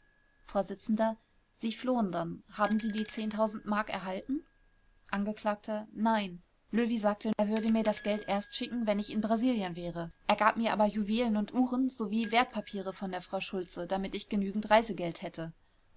vors sie flohen dann haben sie die m erhalten angekl nein löwy sagte er würde mir das geld erst schicken wenn ich in brasilien wäre er gab mir aber juwelen und uhren sowie wertpapiere von der frau schultze damit ich genügend reisegeld hätte